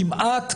כמעט,